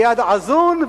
ליד עזון,